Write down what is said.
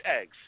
eggs